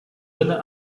winnen